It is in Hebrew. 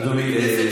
אדוני.